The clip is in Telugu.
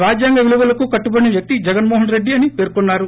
రాజ్యాంగ విలువలకు కట్టుబడిన వ్యక్తి జగన్మోహన్ రెడ్డి అని పేర్కోన్నారు